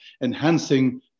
Enhancing